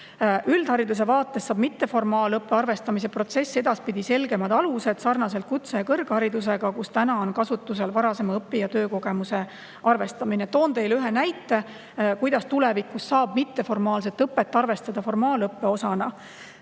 Üldhariduse vaates saab mitteformaalõppe arvestamise protsess edaspidi selgemad alused sarnaselt kutse- ja kõrgharidusega, kus juba praegu on kasutusel varasema õpi- ja töökogemuse arvestamine. Toon teile ühe näite, kuidas tulevikus saab mitteformaalset õpet arvestada formaalõppe osana: